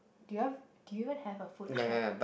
do you do you even have a food shack